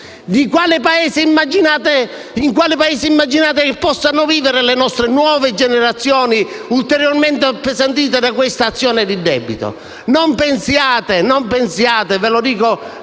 In quale Paese immaginate che possano vivere le nostre nuove generazioni, ulteriormente appesantite dall'azione di debito? Non pensiate - ve lo dico